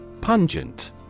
Pungent